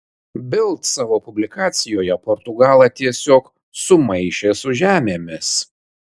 bild savo publikacijoje portugalą tiesiog sumaišė su žemėmis